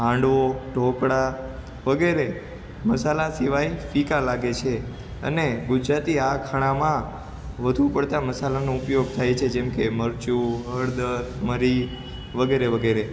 હાંડવો ઢોકળા વગેરે મસાલા સિવાય ફીકા લાગે છે અને ગુજરાતી આ ખાણામાં વધુ પડતા મસાલાનો ઉપયોગ થાયે છે જેમકે મરચું હળદર મરી વગેરે વગેરે